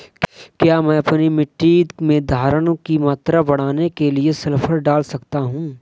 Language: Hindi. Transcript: क्या मैं अपनी मिट्टी में धारण की मात्रा बढ़ाने के लिए सल्फर डाल सकता हूँ?